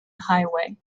highway